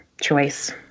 choice